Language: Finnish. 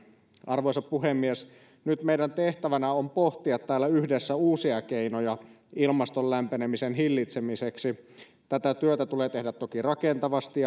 arvoisa puhemies nyt meidän tehtävänä on pohtia täällä yhdessä uusia keinoja ilmaston lämpenemisen hillitsemiseksi tätä työtä tulee tehdä toki rakentavasti